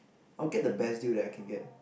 I would get the best deal that I can get